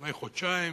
לפני חודשיים